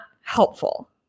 helpful